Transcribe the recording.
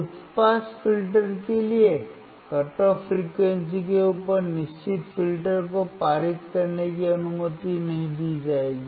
उच्च pass filter के लिए कट ऑफ फ्रीक्वेंसी के ऊपर निश्चित फिल्टर को पारित करने की अनुमति नहीं दी जाएगी